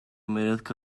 merezca